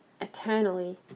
eternally